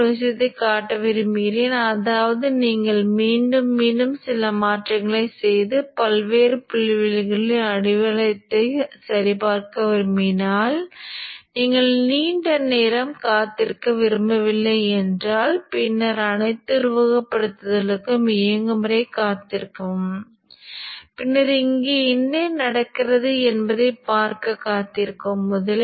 இந்த ஆற்றல் சிதறடிக்கப்பட வேண்டிய ஒவ்வொரு சுழற்சியும் உங்களுக்கு சக்தி சிதறல் R ஐ வழங்கும் இது அரை Lm I அதிகபட்ச இருபடி fs ஆக உள்ளது